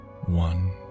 One